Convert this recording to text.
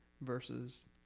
versus